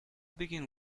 begin